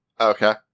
Okay